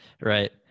right